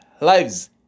lives